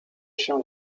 się